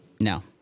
No